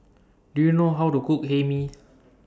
Do YOU know How to Cook Hae Mee